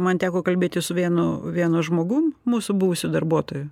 man teko kalbėtis su vienu vienu žmogum mūsų buvusiu darbuotoju